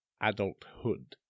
adulthood